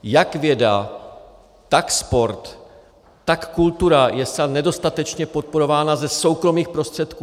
Jak věda, tak sport, tak kultura je v této zemi zcela nedostatečně podporována ze soukromých prostředků.